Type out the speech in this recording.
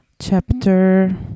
chapter